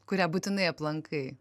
kurią būtinai aplankai